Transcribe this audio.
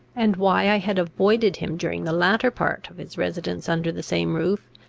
and why i had avoided him during the latter part of his residence under the same roof,